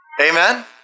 Amen